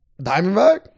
Diamondback